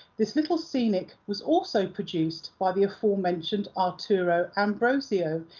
this little scenic was also produced by the afore-mentioned arturo ambrosio,